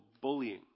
bullying